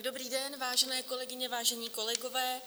Dobrý den, vážené kolegyně, vážení kolegové.